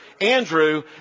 Andrew